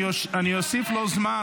אני אוסיף לו זמן,